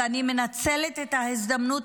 ואני מנצלת את ההזדמנות,